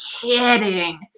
kidding